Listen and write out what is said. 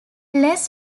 les